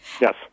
yes